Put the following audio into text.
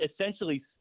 essentially